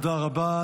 תודה רבה.